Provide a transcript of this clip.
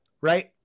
Right